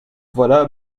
voilà